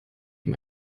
ihm